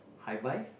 I buy